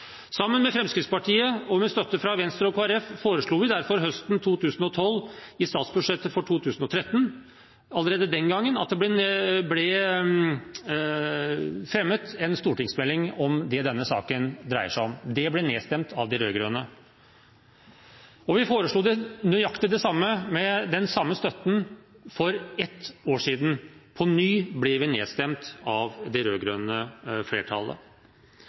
Sammen med Fremskrittspartiet, og med støtte fra Venstre og Kristelig Folkeparti, foreslo vi derfor høsten 2012, i statsbudsjettet for 2013, allerede den gangen, at det ble fremmet en stortingsmelding om det denne saken dreier seg om. Det ble nedstemt av de rød-grønne. Vi foreslo nøyaktig det samme, med den samme støtten, for et år siden. På ny ble vi nedstemt av det rød-grønne flertallet.